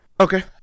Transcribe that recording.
Okay